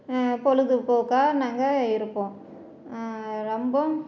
பொழுதுபோக்கா நாங்கள் இருப்போம் ரொம்பவும்